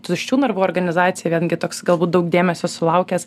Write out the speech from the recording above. tuščių narvų organizacija vėlgi toks galbūt daug dėmesio sulaukęs